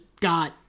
got